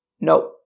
No